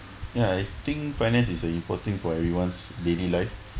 ya I think finance is a important thing for everyone's daily life